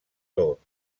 tots